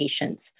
patients